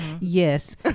Yes